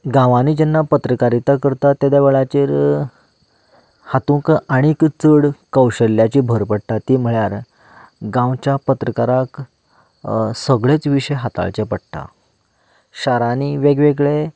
गांवांनी जेन्ना पत्रकारीता करता त्या वेळार हातूंत आनी चड कौशल्ल्याची भर पडटा ती म्हणल्यार गांवच्या पत्रकाराक सगळेंच विशय हाताळचे पडटा शारांनी वेग वेगळे